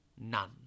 none